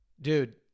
dude